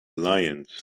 lions